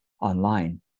online